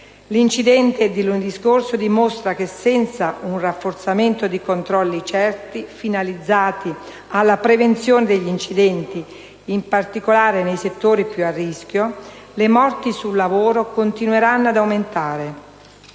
L'incidente di lunedì scorso dimostra che senza un rafforzamento di controlli certi, finalizzati alla prevenzione degli incidenti, in particolare nei settori più a rischio, le morti sul lavoro continueranno ad aumentare.